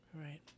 Right